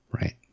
Right